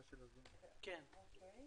צ'רקסיים,